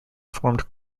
formed